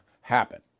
happen